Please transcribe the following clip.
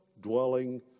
dwelling